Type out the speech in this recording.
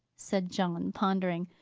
said john, pondering.